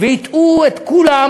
והטעו את כולם?